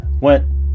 went